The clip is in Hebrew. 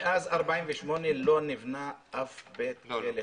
מאז 48' לא נבנה אף בית כלא.